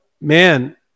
man